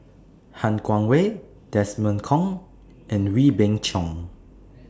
Han Guangwei Desmond Kon and Wee Beng Chong